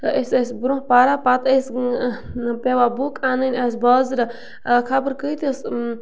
أسۍ ٲسۍ برٛونٛہہ پَران پَتہٕ ٲسۍ پٮ۪وان بُک اَنٕنۍ اَسہِ بازرٕ خبر کۭتِس